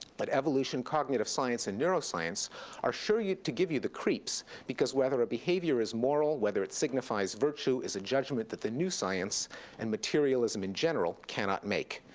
but evolution, cognitive science, and neuroscience are sure to give you the creeps, because whether a behavior is moral, whether it signifies virtue, is a judgment that the new science and materialism in general cannot make.